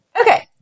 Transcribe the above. Okay